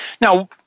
Now